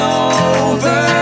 over